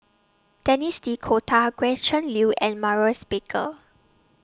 Denis D'Cotta Gretchen Liu and Maurice Baker